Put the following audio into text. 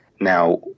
Now